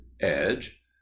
edge